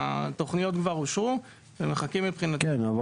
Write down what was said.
התוכניות כבר אושרו ומחכים --- כן,